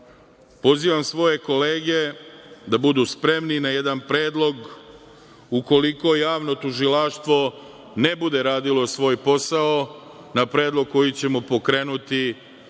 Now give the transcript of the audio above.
trpe. Pozivam svoje kolege da budu spremni na jedan predlog ukoliko Javno tužilaštvo ne bude radilo svoj posao, na predlog koji ćemo pokrenuti,